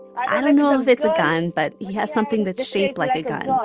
i don't know if it's a gun. but he has something that's shaped like a gun.